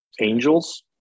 angels